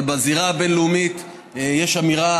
אבל בזירה הבין-לאומית יש אמירה,